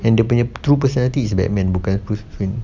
and dia punya true personality is batman bukan